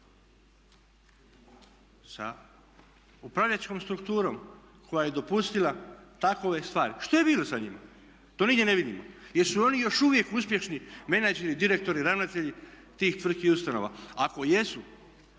sa upravljačkom strukturom koja je dopustila takve stvari, što je bio sa njima? To nigdje ne vidimo. Jesu li oni još uvijek uspješni menadžeri, direktori, ravnatelji tih tvrtki, ustanova? Ako jesu